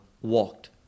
walked